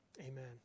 Amen